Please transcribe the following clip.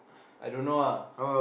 I don't know ah